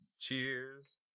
Cheers